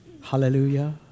hallelujah